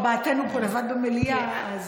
ארבעתנו פה לבד במליאה.